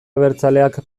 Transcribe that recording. abertzaleak